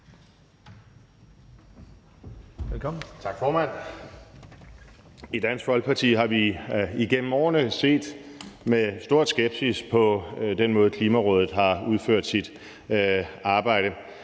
(DF): Tak, formand. I Dansk Folkeparti har vi igennem årene set med stor skepsis på den måde, Klimarådet har udført sit arbejde